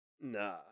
Nah